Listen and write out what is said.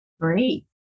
Great